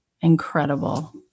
incredible